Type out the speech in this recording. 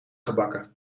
gebakken